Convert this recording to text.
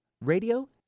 radio